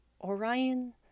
Orion